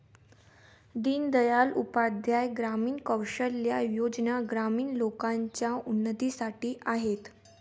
दीन दयाल उपाध्याय ग्रामीण कौशल्या योजना ग्रामीण लोकांच्या उन्नतीसाठी आहेत